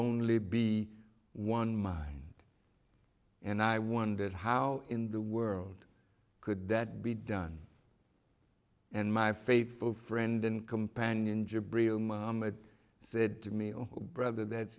only be one mine and i wondered how in the world could that be done and my faithful friend and companion jabril said to me oh brother that's